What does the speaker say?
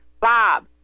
Bob